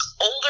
older